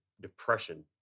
depression